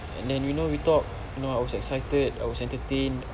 and then you know we talk know I was excited I was entertained